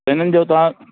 हिननि जो तव्हां